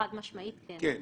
חד משמעית כן.